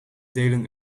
delen